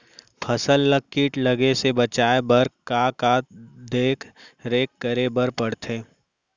फसल ला किट लगे से बचाए बर, का का देखरेख करे बर परथे?